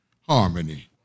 harmony